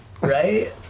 Right